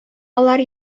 алар